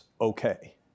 okay